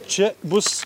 čia bus